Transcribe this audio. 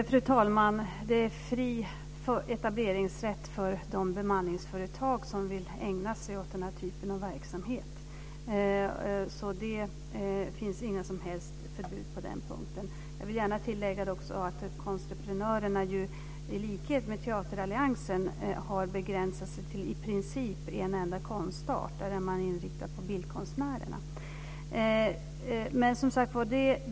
Fru talman! Det finns en fri etableringsrätt för de bemanningsföretag som vill ägna sig åt den här typen av verksamhet. Det finns inga som helst förbud på den punkten. Jag vill också gärna tillägga att Konstreprenörerna, i likhet med Teateralliansen, har begränsat sig till i princip en enda konstart. Där är man inriktad på bildkonstnärerna.